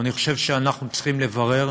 אבל אני חושב שאנחנו צריכים לברר